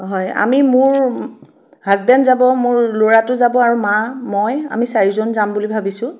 হয় আমি মোৰ হাজবেণ যাব মোৰ ল'ৰাটো যাব আৰু মা মই আমি চাৰিজন যাম বুলি ভাবিছোঁ